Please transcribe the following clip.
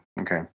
Okay